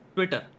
Twitter